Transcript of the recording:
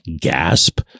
gasp